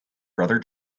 brother